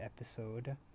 episode